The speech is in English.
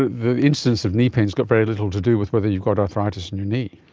the incidence of knee pain has got very little to do with whether you've got arthritis in your knee.